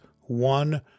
one